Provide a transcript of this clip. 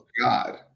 God